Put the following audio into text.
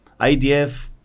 IDF